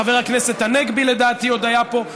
חבר הכנסת הנגבי לדעתי עוד היה פה,